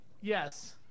Yes